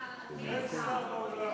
אין שר באולם.